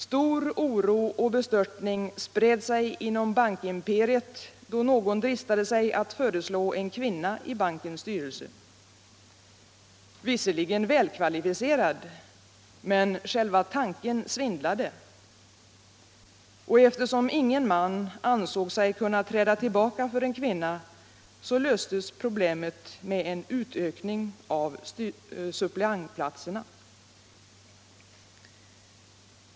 Stor oro och bestörtning spred sig inom bankimperiet då någon dristade sig att föreslå en kvinna i bankens styrelse — visserligen välkvalificerad, men själva tanken svindlade. Och eftersom ingen man ansåg sig kunna träda tillbaka för en kvinna, löstes problemet med en utökning av suppleantplatserna.